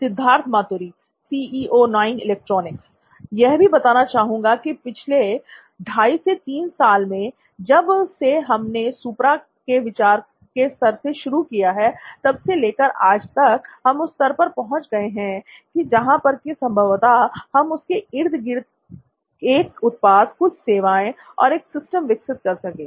सिद्धार्थ मातुरी यह भी बताना चाहूंगा कि पिछले 25 से 3 साल में जब से हमने सुप्रा के विचार के स्तर से शुरू किया तब से लेकर आज तक हम उस स्तर पर पहुंच गए हैं जहां पर कि संभवत हम उसके इर्द गिर्द एक उत्पाद कुछ सेवाएं और एक सिस्टम विकसित कर सकें